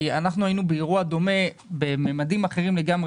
כי אנחנו היינו באירוע דומה במימדים אחרים לגמרי,